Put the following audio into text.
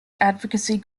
advocacy